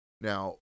Now